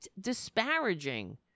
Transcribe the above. disparaging